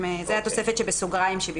זאת התוספת שבסוגריים שבפניכם.